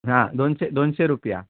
हा दोनशे दोनशे रुपया